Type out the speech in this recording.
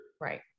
Right